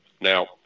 now